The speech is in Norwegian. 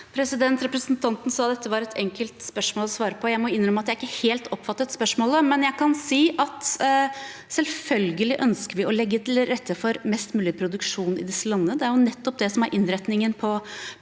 Representanten sa dette var et enkelt spørs- mål å svare på. Jeg må innrømme at jeg ikke helt oppfattet spørsmålet, men jeg kan si at vi selvfølgelig ønsker å legge til rette for mest mulig produksjon i disse landene. Det er nettopp det som er innretningen på